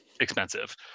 expensive